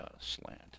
slant